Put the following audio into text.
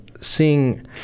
seeing